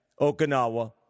Okinawa